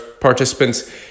participants